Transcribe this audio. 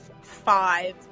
five